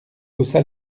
haussa